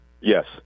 Yes